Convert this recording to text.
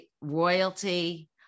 royalty